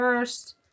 First